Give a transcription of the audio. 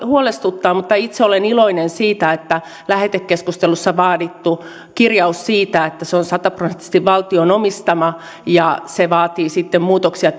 huolestuttaa mutta itse olen iloinen siitä että lähetekeskustelussa vaadittu kirjaus siitä että se on sata prosenttisesti valtion omistama ja se vaatii sitten muutoksia